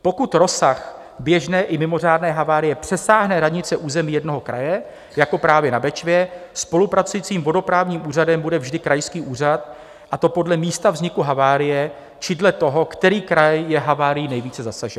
Pokud rozsah běžné i mimořádné havárie přesáhne hranice území jednoho kraje, jako právě na Bečvě, spolupracujícím vodoprávním úřadem bude vždy krajský úřad, a to podle místa vzniku havárie či dle toho, který kraj je havárií nejvíce zasažen.